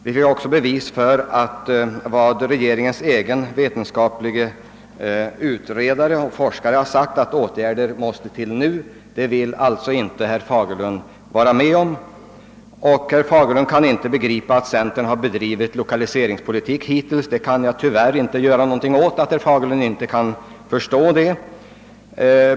Vi fick också bevis för att vad regeringens egen vetenskapliga utredare och forskare har sagt, att åtgärder behövs nu, det vill inte herr Fagerlund och övriga socialdemokrater vara med om. Herr Fagerlund kan inte begripa att centern har bedrivit lokaliseringspolitik hittills, och den saken kan jag tyvärr inte göra någonting åt.